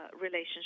relationship